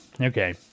Okay